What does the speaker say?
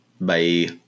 Bye